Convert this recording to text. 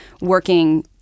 working